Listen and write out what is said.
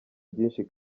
byinshi